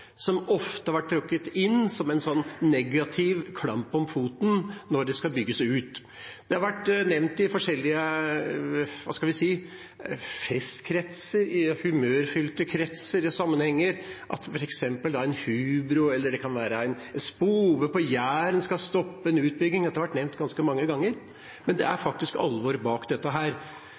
som ofte har vært trukket inn som en negativ klamp om foten når det skal bygges ut. Det har vært nevnt i forskjellige, hva skal vi si, festkretser, i humørfylte kretser og sammenhenger, at f.eks. en hubro, eller det kan være en spove på Jæren, skal stoppe en utbygging. Dette har vært nevnt ganske mange ganger, men det er faktisk alvor bak